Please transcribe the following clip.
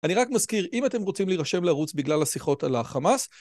אני רק מזכיר, אם אתם רוצים להירשם לערוץ בגלל השיחות על החמאס,